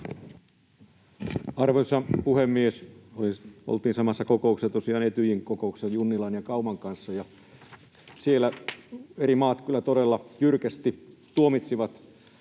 Arvoisa puhemies! Oltiin tosiaan samassa Etyjin kokouksessa Junnilan ja Kauman kanssa. Siellä eri maat kyllä todella jyrkästi tuomitsivat